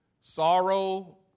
sorrow